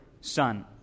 son